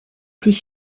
plus